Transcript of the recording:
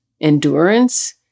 endurance